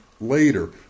later